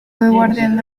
guardián